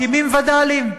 מקימים וד"לים,